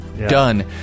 done